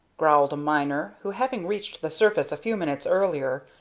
growled a miner who, having reached the surface a few minutes earlier,